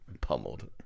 pummeled